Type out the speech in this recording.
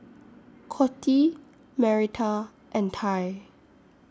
Coty Marita and Tai